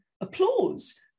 applause